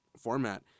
format